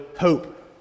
hope